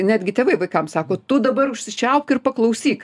netgi tėvai vaikam sako tu dabar užsičiaupk ir paklausyk